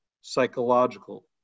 psychological